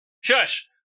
Shush